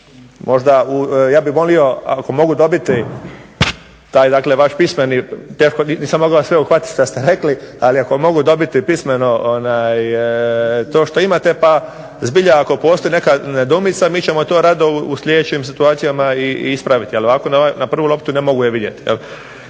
Ja bih volio ako mogu dobiti taj vaš pismeni, nisam mogao sve uhvatiti što ste rekli, ali ako mogu dobiti pismeno to što imate pa zbilja ako postoji neka nedoumica mi ćemo to rado u sljedećim situacijama i ispraviti, ali ovako na prvu loptu ne mogu je vidjeti.